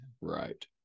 Right